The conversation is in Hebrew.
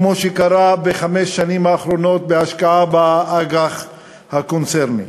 כמו שקרה בחמש השנים האחרונות בהשקעה באג"ח הקונצרני.